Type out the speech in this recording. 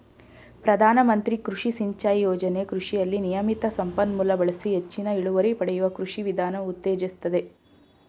ಪ್ರಧಾನಮಂತ್ರಿ ಕೃಷಿ ಸಿಂಚಾಯಿ ಯೋಜನೆ ಕೃಷಿಯಲ್ಲಿ ನಿಯಮಿತ ಸಂಪನ್ಮೂಲ ಬಳಸಿ ಹೆಚ್ಚಿನ ಇಳುವರಿ ಪಡೆಯುವ ಕೃಷಿ ವಿಧಾನ ಉತ್ತೇಜಿಸ್ತದೆ